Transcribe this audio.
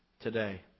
today